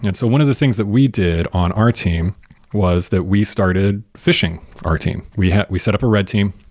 and so one of the things that we did on our team was that we started phishing our team. we we set up a red team.